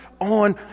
on